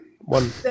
One